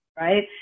right